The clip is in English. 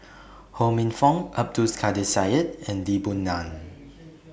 Ho Minfong Abdul Kadir Syed and Lee Boon Ngan